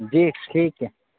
جی ٹھیک ہے